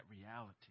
reality